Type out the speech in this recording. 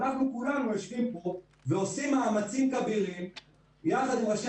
אנחנו כולנו יושבים פה ועושים מאמצים כבירים יחד עם ראשי